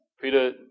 Peter